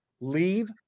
Leave